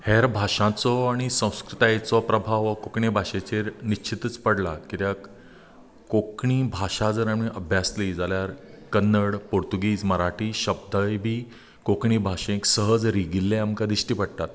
हेर भाशांचो आनी संस्कृतायेंचो प्रभाव हो कोंकणी भाशेचेर निश्चीतूच पडला कित्याक कोंकणी भाशा जर आमी अभ्यासली जाल्यार कन्नड पोर्तुगीज मराठी शब्दय बी कोंकणी भाशेक सहज रिगिल्लेय बी आमकां दिश्टी पडटात